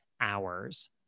hours